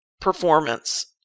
performance